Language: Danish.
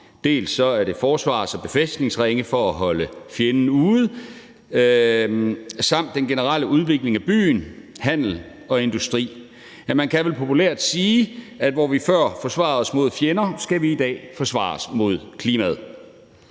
Dels var det forsvars- og befæstningsringe for at holde fjenden ude, dels er det den generelle udvikling af byen, handel og industri, og ja, man kan vel populært sige, at hvor vi før forsvarede os mod fjender, skal vi i dag forsvare os mod klimaet.